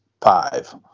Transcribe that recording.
five